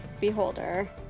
Beholder